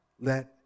let